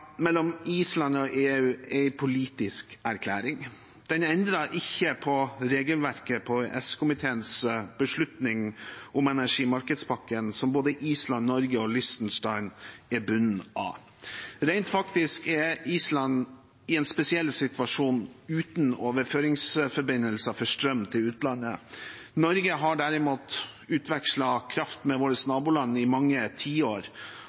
politisk erklæring. Den endrer ikke på regelverket, på EØS-komiteens beslutning om energimarkedspakken, som både Island, Norge og Liechtenstein er bundet av. Rent faktisk er Island i en spesiell situasjon uten overføringsforbindelser for strøm til utlandet. Norge har derimot utvekslet kraft med våre naboland i mange tiår